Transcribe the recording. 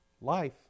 life